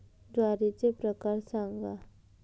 ज्वारीचे प्रकार सांगा